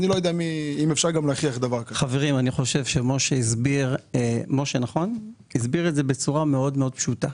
אני חושב שמשה הסביר את זה בצורה מאוד מאוד פשוטה.